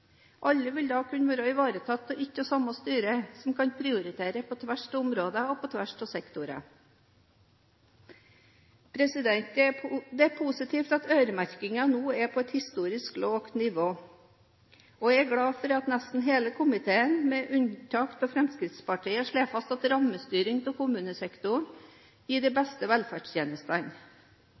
Alle vil da kunne bli ivaretatt av ett og samme styre, som kan prioritere på tvers av områder og sektorer. Det er positivt at øremerkingen nå er på et historisk lavt nivå, og jeg er glad for at nesten hele komiteen, med unntak av Fremskrittspartiet, slår fast at rammestyring av kommunesektoren gir de beste velferdstjenestene.